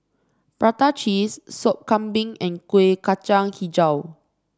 Prata Cheese Sop Kambing and Kueh Kacang hijau